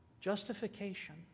justification